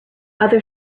other